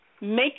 make